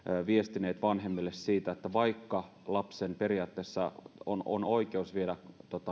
viestineet vanhemmille siitä että vaikka lapsi periaatteessa on on oikeus viedä